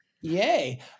Yay